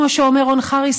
כמו שאומר רון חריס,